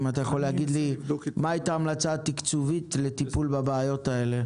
אם אתה יכול להגיד לי מה הייתה ההמלצה התקצובית לטיפול בבעיות האלה.